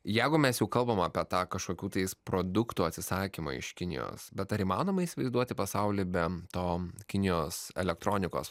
jagu mes jau kalbam apie tą kažkokių tais produktų atsisakymą iš kinijos bet ar įmanoma įsivaizduoti pasaulį be to kinijos elektronikos